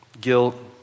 Guilt